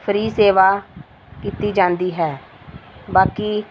free ਸੇਵਾ ਕੀਤੀ ਜਾਂਦੀ ਹੈ ਬਾਕੀ